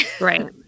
right